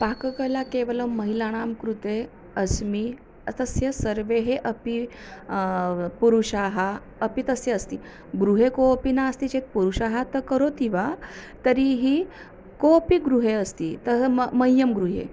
पाककला केवलं महिलानां कृते अस्ति तस्य सर्वे अपि पुरुषाः अपि तस्य अस्ति गृहे कोपि नास्ति चेत् पुरुषाः ते करोति वा तर्हिः कोपि गृहे अस्ति तद् म मह्यं गृहे